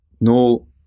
no